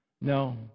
No